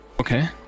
okay